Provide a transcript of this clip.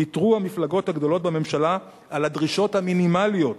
ויתרו המפלגות הגדולות בממשלה על הדרישות המינימליות